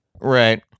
Right